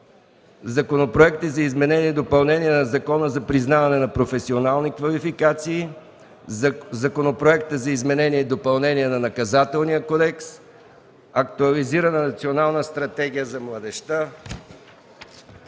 Законопроект за изменение и допълнение на Закона за признаване на професионални квалификации. Законопроект за изменение и допълнение на Наказателния кодекс. Актуализиране на Национална стратегия за младежта